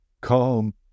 Come